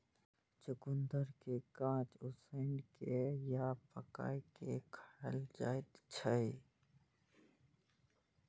चुकंदर कें कांच, उसिन कें आ पकाय कें खाएल जाइ छै